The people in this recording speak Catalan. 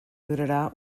durarà